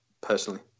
personally